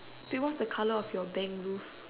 wait what's the colour of your bank roof